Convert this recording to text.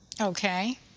Okay